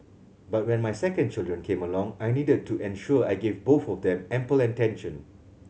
but when my second children came along I needed to ensure I gave both of them ample attention